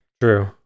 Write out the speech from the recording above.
true